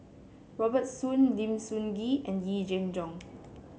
Robert Soon Lim Sun Gee and Yee Jenn Jong